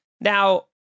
Now